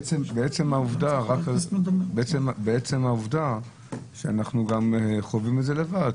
עצם העובדה שאנחנו חווים את זה לבד,